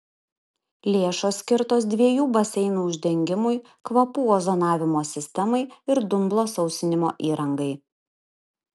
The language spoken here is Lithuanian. lėšos skirtos dviejų baseinų uždengimui kvapų ozonavimo sistemai ir dumblo sausinimo įrangai